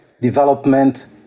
development